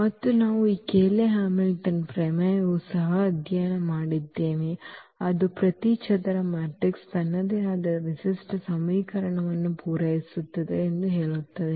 ಮತ್ತು ನಾವು ಈ ಕೇಯ್ಲೆ ಹ್ಯಾಮಿಲ್ಟನ್ ಪ್ರಮೇಯವನ್ನು ಸಹ ಅಧ್ಯಯನ ಮಾಡಿದ್ದೇವೆ ಅದು ಪ್ರತಿ ಚದರ ಮ್ಯಾಟ್ರಿಕ್ಸ್ ತನ್ನದೇ ಆದ ವಿಶಿಷ್ಟ ಸಮೀಕರಣವನ್ನು ಪೂರೈಸುತ್ತದೆ ಎಂದು ಹೇಳುತ್ತದೆ